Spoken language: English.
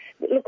Look